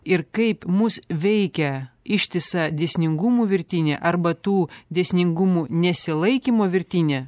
ir kaip mus veikia ištisa dėsningumų virtinė arba tų dėsningumų nesilaikymo virtinė